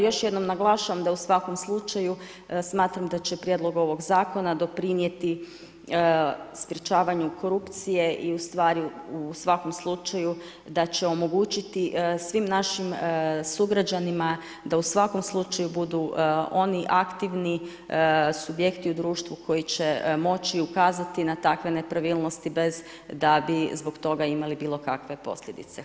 Još jednom naglašavam da u svakom slučaju smatram da će prijedlog ovog zakona doprinijeti sprječavanju korupcije i ustvari u svakom slučaju d će omogućiti svim našim sugrađanima da u svakom slučaju budu oni aktivni subjekti u društvu koji će moći ukazati na takve nepravilnosti bez da bi zbog toga imali bilokakve posljedice.